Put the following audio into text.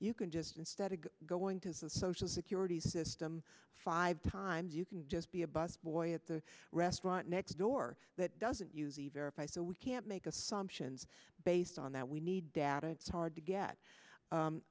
you can just instead of going to the social security system five times you can just be a busboy at the restaurant next door that doesn't use even if i so we can't make assumptions based on that we need data it's hard to get